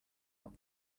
out